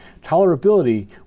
Tolerability